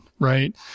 right